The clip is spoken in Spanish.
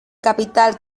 capital